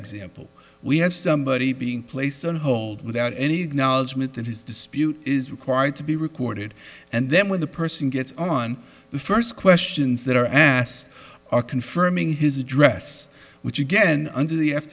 example we have somebody being placed on hold without any acknowledgement that his dispute is required to be recorded and then when the person gets on the first questions that are asked are confirming his address which again under the f